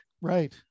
Right